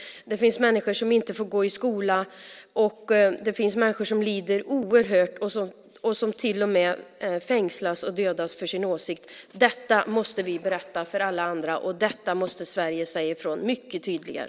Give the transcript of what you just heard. Det finns människor som inte får gå i skola. Det finns människor som lider oerhört och som till och med fängslas och dödas för sin åsikt. Detta måste vi berätta för alla andra, och Sverige måste säga ifrån mycket tydligare.